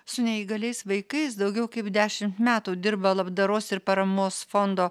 su neįgaliais vaikais daugiau kaip dešimt metų dirba labdaros ir paramos fondo